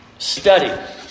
Study